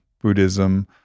buddhism